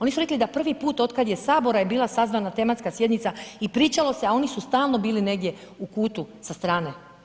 Oni su rekli da prvi put otkad je sabora je bila sazvana tematska sjednica i pričalo se, a oni su stalno bili negdje u kutu sa strane.